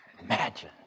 imagine